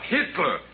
Hitler